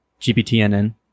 GPTNN